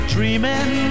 Dreaming